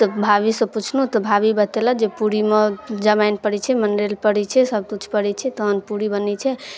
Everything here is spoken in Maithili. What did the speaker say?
तऽ भाभीसँ पुछलहुँ तऽ भाभी बतेलक जे पूरीमे जमाइन पड़ै छै मँगरैल पड़ै छै सबकिछु पड़ै छै तहन पूरी बनै छै